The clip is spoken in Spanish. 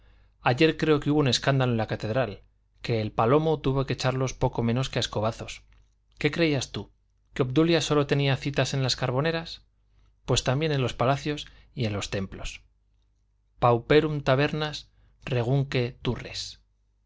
ayer creo que hubo un escándalo en la catedral que el palomo tuvo que echarlos poco menos que a escobazos qué creías tú que obdulia sólo tenía citas en las carboneras pues también en los palacios y en los templos pauperum tabernas regumque turres